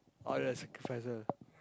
oh the sacrificer